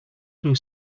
blue